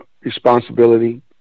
responsibility